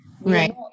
right